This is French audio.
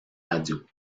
radio